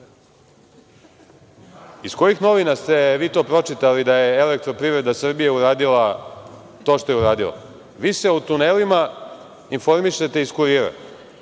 Iz kojih novina ste vi to pročitali da je „Elektroprivreda Srbije“ uradila to što je uradila? Vi se o tunelima informišete iz „Kurira“.